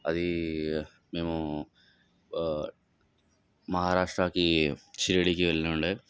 అది మేము మహారాష్ట్రకి షిరిడీకి వెళ్ళుండే